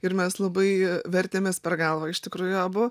ir mes labai vertėmės per galvą iš tikrųjų abu